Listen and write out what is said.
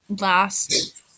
last